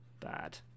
bad